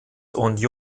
und